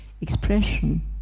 expression